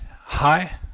hi